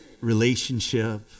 relationship